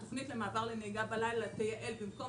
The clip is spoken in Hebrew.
התכנית למעבר לנהיגה בלילה תייעל במקום